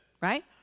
right